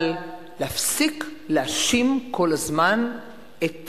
אבל להפסיק להאשים כל הזמן את